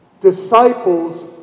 disciples